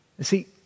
See